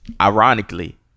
ironically